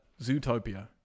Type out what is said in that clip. Zootopia